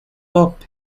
pope